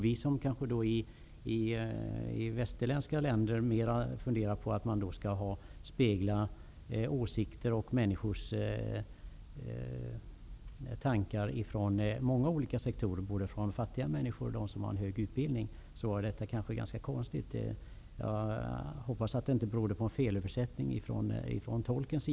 För oss i västerländska länder som mera funderar på att människors tankar och åsikter skall speglas från många olika håll, dvs. att både fattiga människor och de som har en hög utbildning skall vara med, är detta ganska konstigt. Jag hoppas att det inte berodde på en felöversättning av tolken.